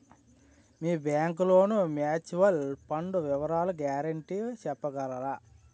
మీ bank లోని mutual fund వివరాల guarantee చెప్పగలరా?